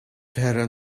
heading